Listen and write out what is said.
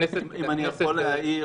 אם אני יכול להעיר,